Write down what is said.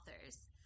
authors